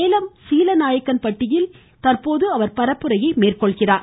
சேலம் சீலநாயக்கன்பட்டியில் அவர் பரப்புரையை மேற்கொண்டார்